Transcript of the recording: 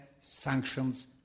sanctions